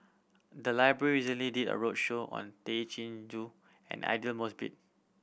the library recently did a roadshow on Tay Chin Joo and Aidli Mosbit